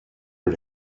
her